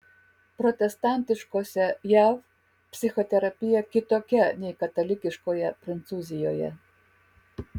protestantiškose jav psichoterapija kitokia nei katalikiškoje prancūzijoje